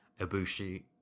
Ibushi